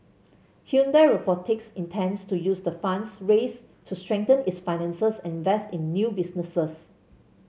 Hyundai Robotics intends to use the funds raised to strengthen its finances and invest in new businesses